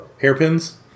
Hairpins